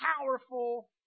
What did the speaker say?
powerful